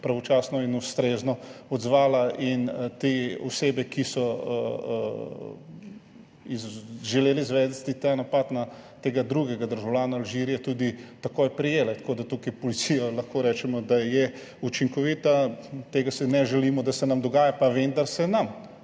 pravočasno in ustrezno odzvala in te osebe, ki so želele izvesti ta napad na drugega državljana Alžirije, tudi takoj prijele. Tako da tukaj policija lahko rečemo, da je učinkovita. Tega si ne želimo, da se nam dogaja, pa vendar se nam.